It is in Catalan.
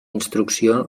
instrucció